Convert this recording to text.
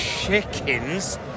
chickens